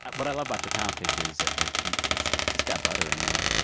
but but i love about your pound cake is that, like, yeah it's it's got butter in there,